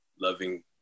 loving